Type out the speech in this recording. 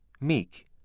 meek